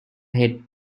head